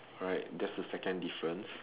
right that's the second difference